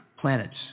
planets